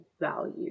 value